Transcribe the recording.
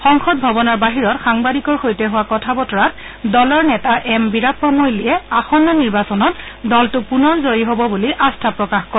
সংসদ ভৱনৰ বাহিৰত সাংবাদিকৰ সৈতে হোৱা কথা বতৰাত দলৰ নেতা এম বীৰাপ্পা মৈলীয়ে আসন্ন নিৰ্বাচনত দলটো পুনৰ জয়ী হ'ব বুলি আস্থা প্ৰকাশ কৰে